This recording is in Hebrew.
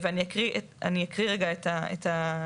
ואני אקריא רגע את הנוסח.